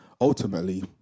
Ultimately